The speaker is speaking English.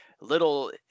little